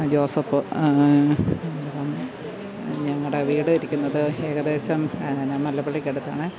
Joseph ഞങ്ങളുടെ വീട് ഇരിക്കുന്നത് ഏകദേശം മല്ലപ്പള്ളിക്ക് അടുത്താണ്